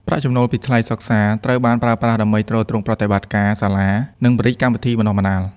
ប្រាក់ចំណូលពីថ្លៃសិក្សា ត្រូវបានប្រើប្រាស់ដើម្បីទ្រទ្រង់ប្រតិបត្តិការសាលា និងពង្រីកកម្មវិធីបណ្តុះបណ្តាល។